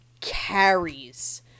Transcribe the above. carries